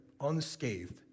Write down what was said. unscathed